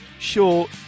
Sure